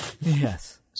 yes